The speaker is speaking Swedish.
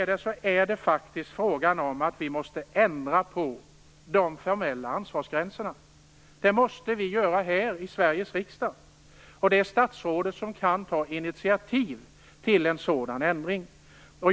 Det är fråga om att vi måste ändra på de formella ansvarsgränserna, och det måste ske här i Sveriges riksdag. Det är statsrådet som kan ta initiativ till en sådan ändring.